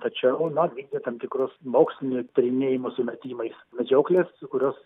tačiau na vykdė tam tikrus mokslinio tyrinėjimo sumetimais medžioklės kurios